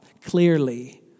Clearly